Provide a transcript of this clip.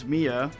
Mia